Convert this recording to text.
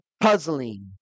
puzzling